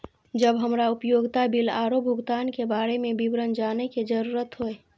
जब हमरा उपयोगिता बिल आरो भुगतान के बारे में विवरण जानय के जरुरत होय?